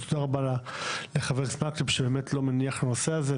תודה רבה לחבר הכנסת מקלב שלא מניח לנושא הזה,